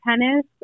tennis